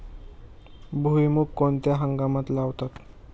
भुईमूग कोणत्या हंगामात लावतात?